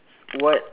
what